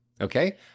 Okay